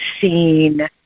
seen